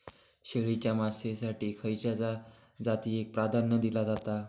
शेळीच्या मांसाएसाठी खयच्या जातीएक प्राधान्य दिला जाता?